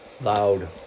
loud